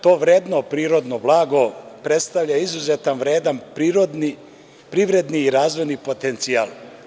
To vredno prirodno blago predstavlja izuzetan vredan privredni i razvojni potencijal.